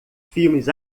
filmes